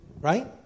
right